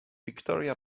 victoria